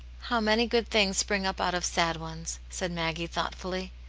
how many good things spring up out of sad ones! said maggie, thoughtfully.